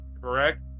Correct